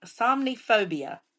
somniphobia